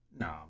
No